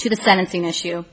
to the sentencing issue